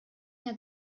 jahr